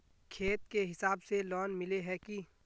खेत के हिसाब से लोन मिले है की?